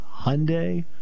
Hyundai